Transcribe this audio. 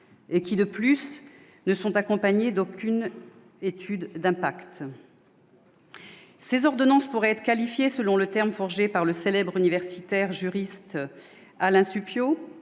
et qui, de plus, ne sont accompagnés d'aucune étude d'impact. Ces ordonnances pourraient être qualifiées, selon l'expression forgée par le célèbre juriste universitaire Alain Supiot,